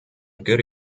good